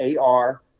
ar